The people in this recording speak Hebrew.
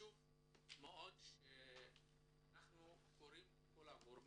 אנחנו קוראים לכל הגורמים,